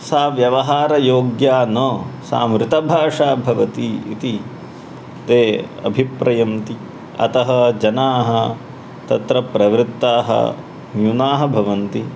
सा व्यवहारयोग्या न सा मृतभाषा भवति इति ते अभिप्रयन्ति अतः जनाः तत्र प्रवृत्ताः न्यूनाः भवन्ति